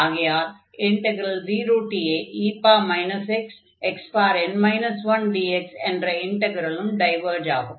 ஆகையால் 0ae xxn 1dx என்ற இன்டக்ரலும் டைவர்ஜ் ஆகும்